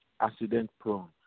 Accident-prone